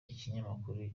kinyamakuru